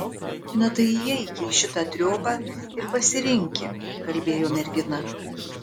na tai įeiki į šitą triobą ir pasirinki kalbėjo mergina